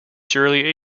surely